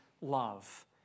love